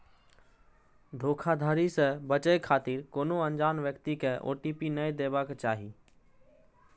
धोखाधड़ी सं बचै खातिर कोनो अनजान व्यक्ति कें ओ.टी.पी नै देबाक चाही